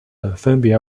分别